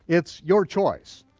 it's your choice.